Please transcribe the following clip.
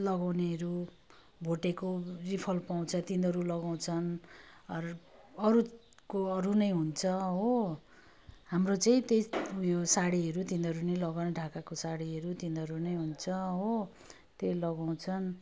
लगाउनेहरू भोटेको रिफल पाउँछ तिनीहरू लगाउँछन् अरू अरूको अरू नै हुन्छ हो हाम्रो चाहिँ त्यही उयो साडीहरू तिनीहरू नै लगा ढाकाको साडीहरू तिनीहरू नै हुन्छ हो त्यही लगाउँछन्